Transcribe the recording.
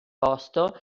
posto